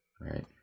Right